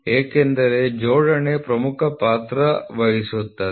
ಏಕೆಂದರೆ ಜೋಡಣೆ ಪ್ರಮುಖ ಪಾತ್ರ ವಹಿಸುತ್ತದೆ